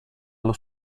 allo